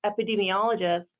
epidemiologists